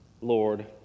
Lord